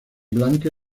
blanca